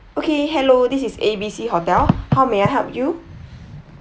okay hello this is A B C hotel how may I help you